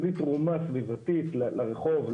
בלי תרומה סביבתית לרחוב,